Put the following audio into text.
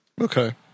Okay